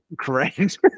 correct